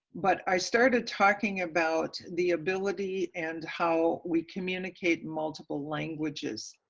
but i started talking about the ability and how we communicate multiple languages.